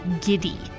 giddy